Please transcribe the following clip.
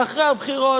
ואחרי הבחירות,